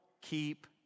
keep